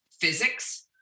physics